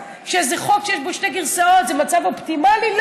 שחוק שיש בו שתי גרסאות זה מצב אופטימלי?